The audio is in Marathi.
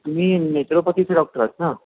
तुमी नेचरोपॅथीचे डॉक्टर आहात ना